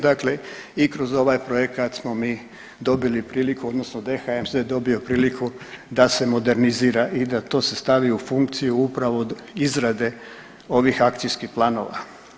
Dakle, i kroz ovaj projekat smo mi dobili priliku odnosno DHMZ dobio priliku da se modernizira i da se to stavi u funkciju upravo izrade ovih akcijskih planova.